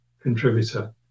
contributor